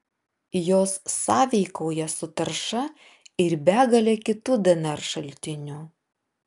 jos sąveikauja su tarša ir begale kitų dnr šaltinių